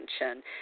attention